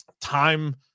time